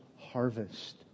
harvest